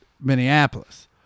Minneapolis